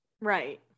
Right